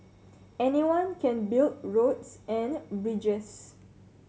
anyone can build roads and bridges